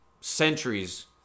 centuries